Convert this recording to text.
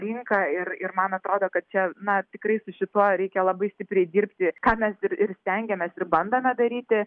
rinka ir ir man atrodo kad čia na tikrai su šituo reikia labai stipriai dirbti ką mes ir ir stengiamės ir bandome daryti